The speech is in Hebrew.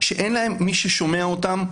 שאין להם מי ששומע אותם,